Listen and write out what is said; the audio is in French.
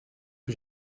que